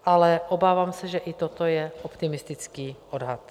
Ale obávám se, že i toto je optimistický odhad.